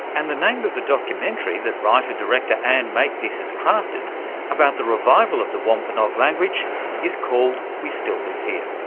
and the name of the documentary that writer director anne makepeace has crafted about the revival of the wampanoag language is we still live here.